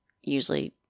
usually